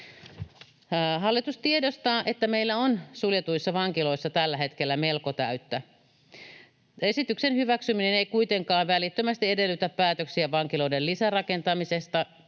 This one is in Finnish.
Hallitus tiedostaa, että meillä on suljetuissa vankiloissa tällä hetkellä melko täyttä. Esityksen hyväksyminen ei kuitenkaan välittömästi edellytä päätöksiä vankiloiden lisärakentamisesta,